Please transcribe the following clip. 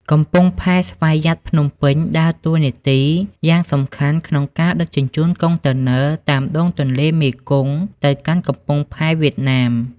កំពង់ផែស្វយ័តភ្នំពេញ ដើរតួនាទីយ៉ាងសំខាន់ក្នុងការដឹកជញ្ជូនកុងតឺន័រតាមដងទន្លេមេគង្គទៅកាន់កំពង់ផែវៀតណាម។